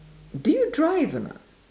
do you drive or not